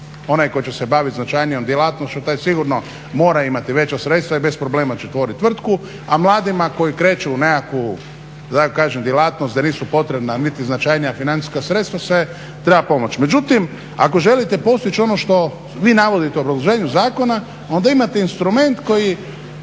Onaj tko će se bavit značajnijom djelatnošću taj sigurno mora imati veća sredstva i bez problema će otvorit tvrtku, a mladima koji kreću u nekakvu da tako kažem djelatnost gdje nisu potrebna niti značajnija financijska sredstva se treba pomoć. Međutim, ako želite postići ono što vi navodite u obrazloženju zakona onda imate instrument koji